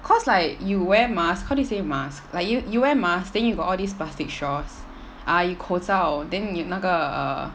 cause like you wear mask how do you say mask like you you wear mask then you got all these plastic straws ah 口罩 then 有那个 err